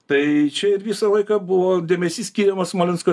tai čia ir visą laiką buvo dėmesys skiriamas smolensko